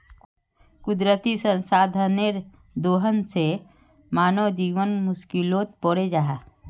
कुदरती संसाधनेर दोहन से मानव जीवन मुश्कीलोत पोरे जाहा